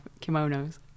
kimonos